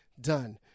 Done